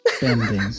bending